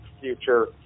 future